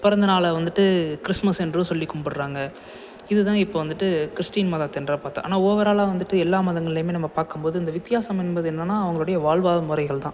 பிறந்தநாள வந்துட்டு கிறிஸ்மஸ் என்று சொல்லி கும்பிட்றாங்க இதுதான் இப்போ வந்துட்டு கிறிஸ்டின் மதத்தென்று பார்த்தா ஆனால் ஓவராலாக வந்துட்டு எல்லா மதங்கள்லையுமே நம்ம பார்க்கம்போது இந்த வித்தியாசம் என்பது என்னன்னா அவங்களோடைய வாழ்வாமுறைகள்தான்